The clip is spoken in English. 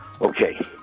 Okay